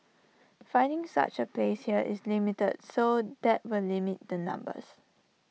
finding such A place here is limited so that will limit the numbers